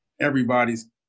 everybody's